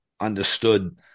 understood